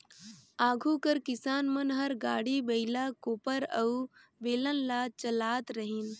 आघु कर किसान मन हर गाड़ी, बइला, कोपर अउ बेलन ल चलात रहिन